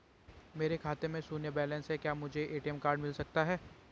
मेरे खाते में शून्य बैलेंस है क्या मुझे ए.टी.एम कार्ड मिल सकता है?